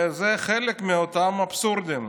זה חלק מאותם אבסורדים.